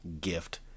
gift